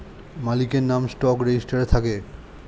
মালিকের নাম স্টক রেজিস্টারে থাকে